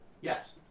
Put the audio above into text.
Yes